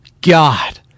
God